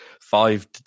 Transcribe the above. five